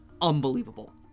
unbelievable